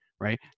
right